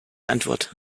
antwort